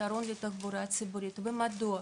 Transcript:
פתרון לתחבורה הציבורית ומדוע?